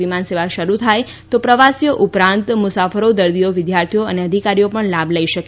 વિમાન સેવા શરૂ થાય તો પ્રવાસીઓ ઉપરાંત મુસાફરો દર્દીઓ વિદ્યાર્થીઓ અને અધિકારીઓ પણ લાભ લઇ શકે